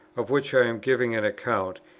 of which i am giving an account,